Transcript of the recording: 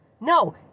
No